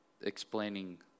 explaining